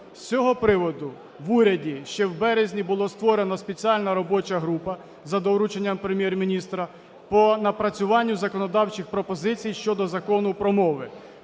З цього приводу в уряді ще в березні була створена спеціальна робоча група за дорученням Прем'єр-міністра по напрацюванню законодавчих пропозицій щодо Закону про мови.